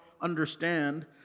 understand